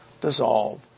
dissolve